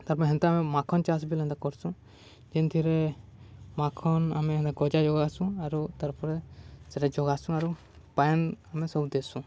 ତାପରେ ହେନ୍ତା ଆମେ ମାଖନ ଚାଷ ବୋଲି ହେନ୍ତା କରସୁଁ ଯେନ୍ଥିରେ ମାଖନ୍ ଆମେ ହେନ୍ତା ଗଜା ଯୋଗାସୁଁ ଆରୁ ତାର୍ପରେ ସେଟା ଯୋଗାସୁଁ ଆରୁ ପାଏନ୍ ଆମେ ସବୁ ଦେସୁଁ